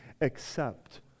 accept